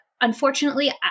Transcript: unfortunately